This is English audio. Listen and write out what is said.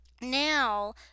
Now